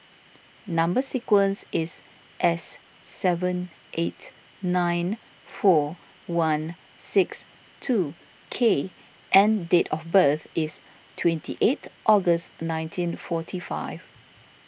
Number Sequence is S seven eight nine four one six two K and date of birth is twenty eight August nineteen forty five